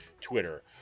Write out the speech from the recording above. Twitter